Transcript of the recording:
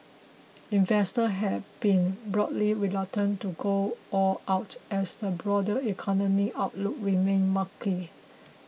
investor have been broadly reluctant to go all out as the broader economy outlook remained murky